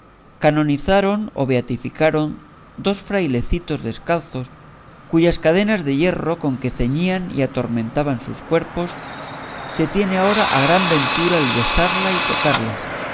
manera canonizaron o beatificaron dos frailecitos descalzos cuyas cadenas de hierro con que ceñían y atormentaban sus cuerpos se tiene ahora a gran ventura el besarlas y tocarlas